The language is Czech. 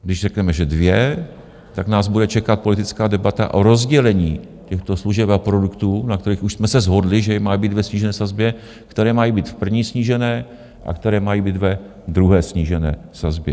Když řekneme, že dvě, tak nás bude čekat politická debata o rozdělení těchto služeb a produktů, na kterých už jsme se shodli, že mají být ve snížené sazbě, které mají být v prvním snížení a které mají být ve druhém snížení sazbě.